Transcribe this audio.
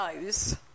knows